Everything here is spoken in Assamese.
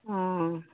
অ